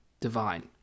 divine